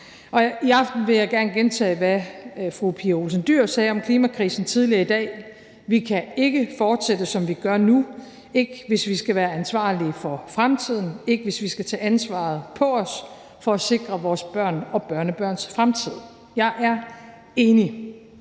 i aften vil jeg gerne gentage, hvad fru Pia Olsen Dyhr sagde om klimakrisen tidligere i dag: Vi kan ikke fortsætte, som vi gør nu – ikke hvis vi skal være ansvarlige for fremtiden, ikke hvis vi skal tage ansvaret på os for at sikre vores børn og børnebørns fremtid. Jeg er enig.